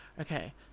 Okay